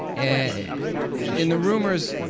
and in the rumors,